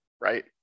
right